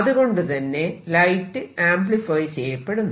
അതുകൊണ്ടുതന്നെ light amplify ചെയ്യപ്പെടുന്നു